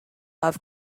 have